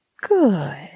Good